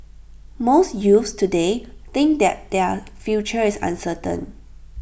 most youths today think their their future is uncertain